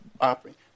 operating